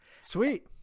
Sweet